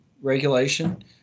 regulation